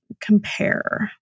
compare